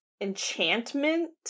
enchantment